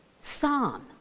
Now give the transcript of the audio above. psalm